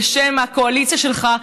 בשם הקואליציה שלך,